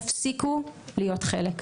תפסיקו להיות חלק.